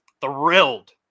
Thrilled